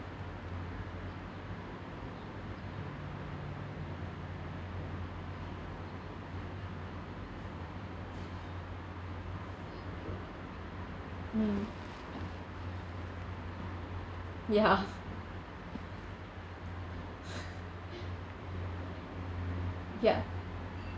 mm ya ya